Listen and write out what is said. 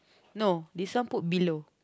no this one put below